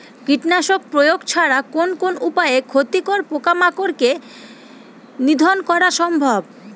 কীটনাশক প্রয়োগ ছাড়া কোন কোন উপায়ে ক্ষতিকর পোকামাকড় কে নিধন করা সম্ভব?